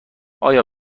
ایا